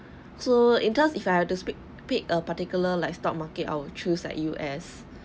so in terms if I have to speak pick a particular like stock market I'll choose like U_S